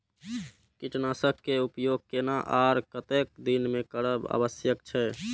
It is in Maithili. कीटनाशक के उपयोग केना आर कतेक दिन में करब आवश्यक छै?